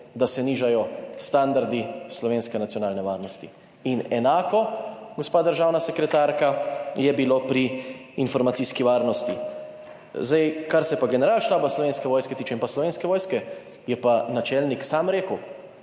da se nižajo standardi slovenske nacionalne varnosti. Enako, gospa državna sekretarka, je bilo pri informacijski varnosti. Kar se pa Generalštaba Slovenske vojske tiče in Slovenske vojske, je pa načelnik sam rekel: